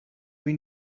been